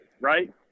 right